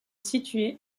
située